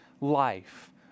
life